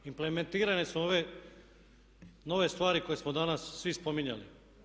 Implementirane su ove nove stvari koje smo danas svi spominjali.